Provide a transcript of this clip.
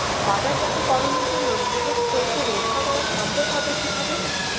বাজারজাতকরণের জন্য বৃহৎ সংযোগ রক্ষা করা সম্ভব হবে কিভাবে?